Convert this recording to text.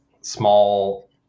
small